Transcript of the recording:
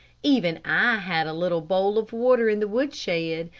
even i had a little bowl of water in the woodshed,